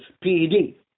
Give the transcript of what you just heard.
P-E-D